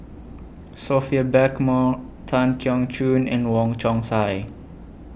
Sophia Blackmore Tan Keong Choon and Wong Chong Sai